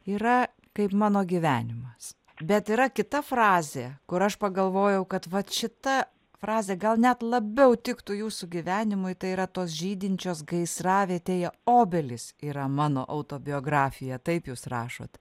yra kaip mano gyvenimas bet yra kita frazė kur aš pagalvojau kad vat šita frazė gal net labiau tiktų jūsų gyvenimui tai yra tos žydinčios gaisravietėje obelys yra mano autobiografija taip jūs rašot